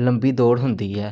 ਲੰਬੀ ਦੌੜ ਹੁੰਦੀ ਹੈ